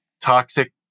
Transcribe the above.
toxic